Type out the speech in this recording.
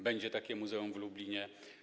Będzie takie muzeum w Lublinie.